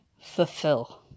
Fulfill